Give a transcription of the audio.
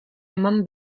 eman